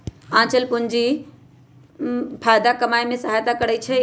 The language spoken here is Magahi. आंचल पूंजी फयदा कमाय में सहयता करइ छै